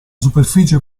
superficie